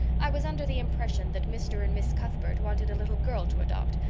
i was under the impression that mr. and miss cuthbert wanted a little girl to adopt.